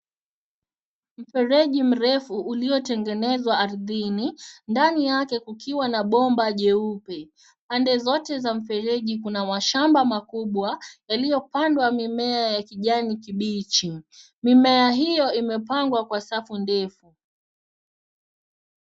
Mfereji mrefu uliotengenezwa ardhini, ndani yake kukiwa na bomba jeusi. Pande zote za mfereji kuna mashamba makubwa yaliyopandwa mimea ya kijani kibichi. Mimea hiyo imepangwa kwa safu ndefu.